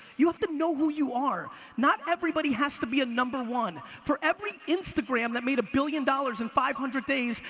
you have to know who you are. not everybody has to be a number one. for every instagram that made a billion dollars in five hundred days,